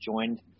joined